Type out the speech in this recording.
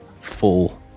full